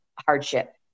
hardship